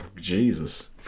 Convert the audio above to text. Jesus